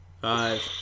Five